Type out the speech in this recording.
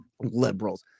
liberals